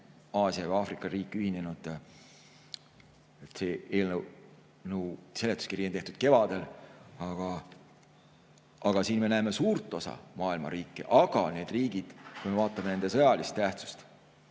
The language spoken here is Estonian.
Aasia või Aafrika riik ühinenud, selle eelnõu seletuskiri on tehtud kevadel. Siin me näeme suurt osa maailma riike. Aga need riigid, kui me vaatame nende sõjalist tähtsust